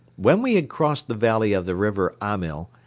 when we had crossed the valley of the river amyl,